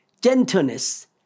gentleness